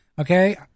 okay